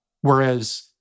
Whereas